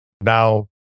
now